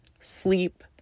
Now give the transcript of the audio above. sleep